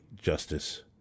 Justice